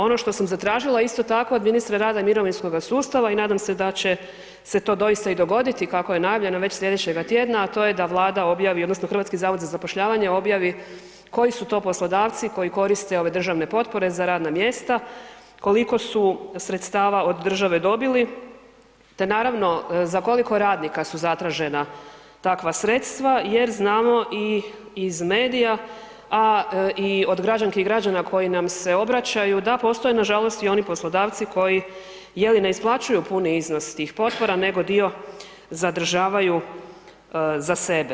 Ono što sam zatražila isto tako od ministra rada i mirovinskoga sustava i nadam se da će se to doista i dogoditi kako je najavljeno već slijedećega tjedna, a to je da Vlada objavi odnosno HZZ objavi koji su to poslodavci koji koriste ove državne potpore za radna mjesta, koliko su sredstava od države dobili te naravno za koliko radnika su zatražena takva sredstva jer znamo i iz medija, a i od građanki i građana koji nam se obraćaju da postoje nažalost i oni poslodavci koji je li ne isplaćuju puni iznos tih potpora nego dio zadržavaju za sebe.